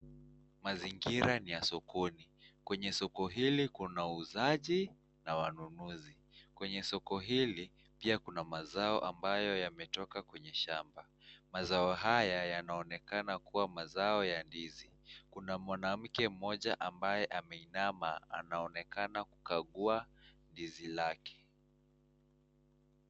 Mazingira ni ya sokoni. Kwenye soko hili, kuna wauzaji na wanunuzi. Kwenye soko hili, pia kuna mazao ambayo yemetoka kwenye shamba. Mazao haya yanaonekana kuwa mazao ya ndizi. Kuna mwanamke mmoja ambaye ameinama anaonekana kukagua ndizi lake.